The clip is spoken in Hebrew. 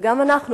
וגם אנחנו,